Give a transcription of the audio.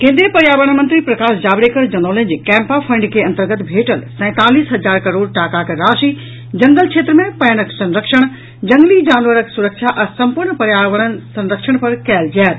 केंद्रीय पर्यावरण मंत्री प्रकाश जावड़ेकर जनौलनि जे कैंपा फंड के अंतर्गत भेटल सैंतालीस हजार करोड़ टाकाक राशि जंगल क्षेत्र मे पानिक संरक्षण जंगली जानवरक सुरक्षा आ संपूर्ण पर्यावरण संरक्षण पर कयल जायत